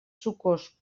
sucós